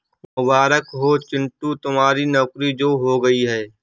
मुबारक हो चिंटू तुम्हारी नौकरी जो हो गई है